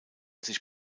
sich